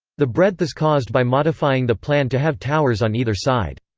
the breadth is caused by modifying the plan to have towers on either side.